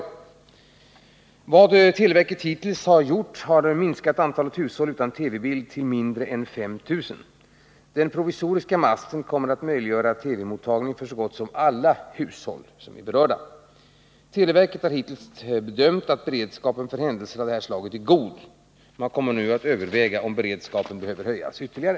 De åtgärder som televerket hittills har vidtagit har minskat antalet hushåll utan TV-bild till mindre än 5 000. Den provisoriska masten kommer att möjliggöra TV-mottagning för så gott som alla berörda hushåll: Televerket har hittills bedömt att beredskapen för händelser av det här slaget är god. Man kommer nu att överväga om beredskapen behöver höjas ytterligare.